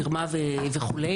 מרמה וכו'.